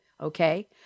okay